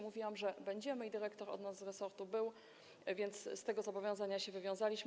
Mówiłam, że będziemy, i dyrektor od nas z resortu był, więc z tego zobowiązania się wywiązaliśmy.